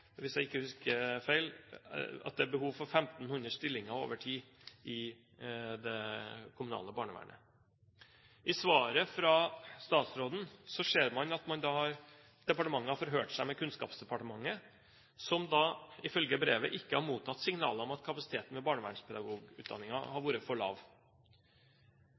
hvis jeg ikke husker feil – at det er behov for 1 500 stillinger over tid i det kommunale barnevernet. I svaret fra statsråden ser man at departementet har forhørt seg med Kunnskapsdepartementet, som ifølge brevet ikke har mottatt signaler om at kapasiteten ved barnevernspedagogutdanningen har vært for lav.